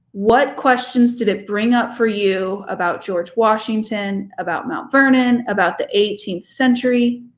what questions did it bring up for you about george washington, about mount vernon, about the eighteenth century?